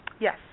Yes